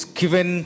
given